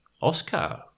Oscar